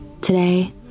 Today